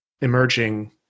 emerging